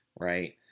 right